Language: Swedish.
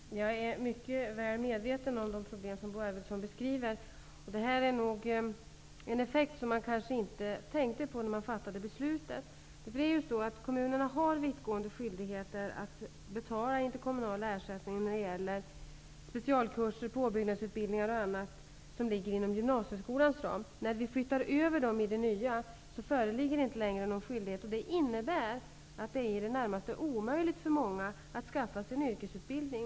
Fru talman! Jag är mycket väl medveten om de problem som Bo Arvidson beskriver. Det här är nog en effekt som man kanske inte tänkte på när man fattade beslutet. Kommunerna har vittgående skyldigheter att betala interkommunal ersättning när det gäller specialkurser, påbyggnadsutbildningar och annat som ligger inom gymnasieskolans ram. När vi flyttar över dem i det nya systemet föreligger inte längre någon skyldighet. Det innebär att det är i det närmaste omöjligt för många att skaffa sig en yrkesutbildning.